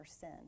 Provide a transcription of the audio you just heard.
sin